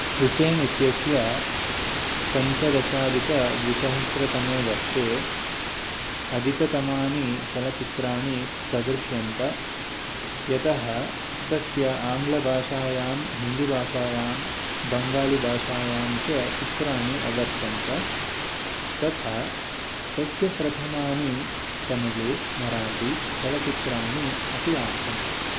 हुसेन् इत्यस्य पञ्चदशादिकद्विसहस्रतमे वर्षे अधिकतमानि चलच्चित्राणि प्रदृश्यन्ते यतः तस्य आङ्ग्लभाषायां हिन्दिभाषायां बङ्गालभाषायां च चित्राणि अवर्तन्त तथा तस्य प्रथमानि तमिल् मराठी चलच्चित्राणि अपि आसन्